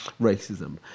racism